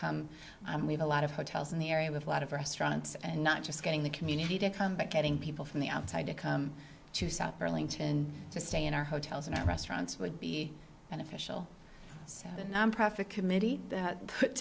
come i'm leave a lot of hotels in the area with a lot of restaurants and not just getting the community to come but getting people from the outside to come to south burlington to stay in our hotels and restaurants would be beneficial so the nonprofit committee